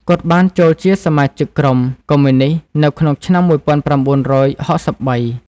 គាត់បានចូលជាសមាជិកក្រុម កុម្មុយនីស្តនៅក្នុងឆ្នាំ១៩៦៣។